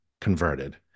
converted